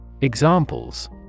Examples